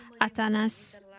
Atanas